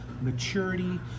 maturity